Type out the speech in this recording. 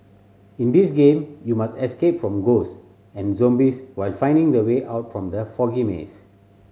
in this game you must escape from ghost and zombies while finding the way out from the foggy maze